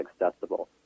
accessible